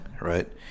right